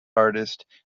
artist